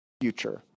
future